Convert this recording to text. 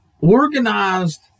Organized